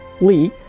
Lee